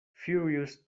furious